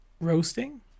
roasting